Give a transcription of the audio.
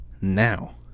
now